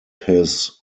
his